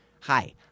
Hi